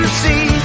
see